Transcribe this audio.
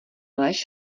lež